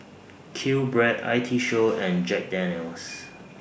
QBread I T Show and Jack Daniel's